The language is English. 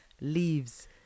leaves